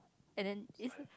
and then